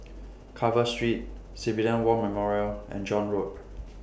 Carver Street Civilian War Memorial and John Road